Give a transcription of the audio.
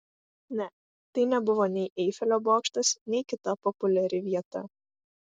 ne tai nebuvo nei eifelio bokštas nei kita populiari vieta